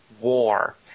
War